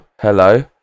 hello